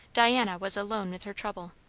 diana was alone with her trouble.